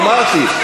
אמרתי.